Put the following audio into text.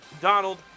Donald